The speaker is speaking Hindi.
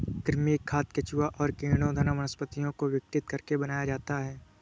कृमि खाद केंचुआ और कीड़ों द्वारा वनस्पतियों को विघटित करके बनाया जाता है